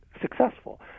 successful